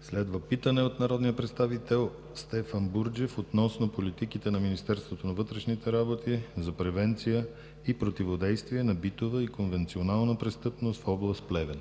Следва питане от народния представител Стефан Бурджев относно политиките на Министерството на вътрешните работи за превенция и противодействие на битова и конвенционална престъпност в област Плевен.